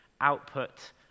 output